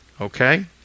okay